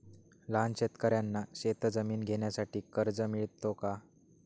लहान शेतकऱ्यांना शेतजमीन घेण्यासाठी कर्ज मिळतो का?